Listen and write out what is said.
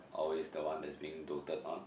always the one that's being doted on